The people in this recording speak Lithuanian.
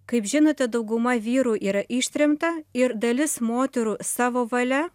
kaip žinote dauguma vyrų yra ištremta ir dalis moterų savo valia